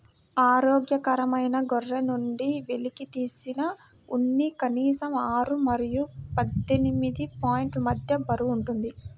ఆరోగ్యకరమైన గొర్రె నుండి వెలికితీసిన ఉన్ని కనీసం ఆరు మరియు పద్దెనిమిది పౌండ్ల మధ్య బరువు ఉంటుంది